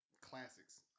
classics